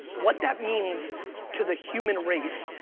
what that means to the human race,